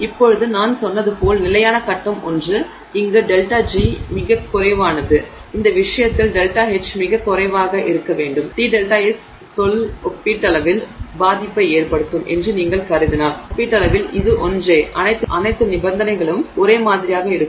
இப்போது நான் சொன்னது போல் நிலையான கட்டம் ஒன்று இங்கு ΔG மிகக் குறைவானது இந்த விஷயத்தில் ΔH மிகக் குறைவாக இருக்க வேண்டும் TΔS சொல் ஒப்பீட்டளவில் பாதிப்பை ஏற்படுத்தும் என்று நீங்கள் கருதினால் ஒப்பீட்டளவில் இது ஒன்றே அனைத்து நிபந்தனைகளும் ஒரே மாதிரியாக இருக்கும்